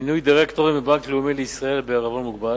מינוי דירקטורים בבנק לאומי לישראל בעירבון מוגבל.